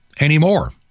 anymore